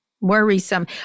Worrisome